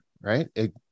right